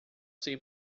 sei